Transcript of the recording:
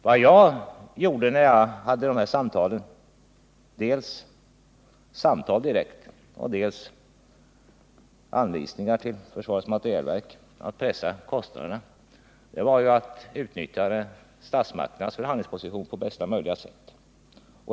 Vad jag gjorde — det gällde dels direkta samtal, dels anvisningar till försvarets materielverk att pressa kostnaderna — var att utnyttja statsmakternas förhandlingsposition på bästa möjliga sätt.